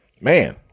man